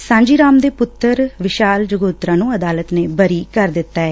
ਸਾਂਝੀ ਰਾਮ ਦੇ ਪੁੱਤਰ ਵਿਸ਼ਾਲ ਜਗੋਤਰਾ ਨੁੰ ਅਦਾਲਤ ਨੇ ਬਰੀ ਕਰ ਦਿੱਤਾ ਏ